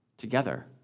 Together